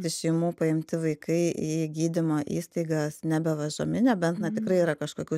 iš šeimų paimti vaikai į gydymo įstaigas nebevežami nebent na tikrai yra kažkokių